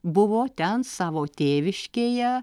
buvo ten savo tėviškėje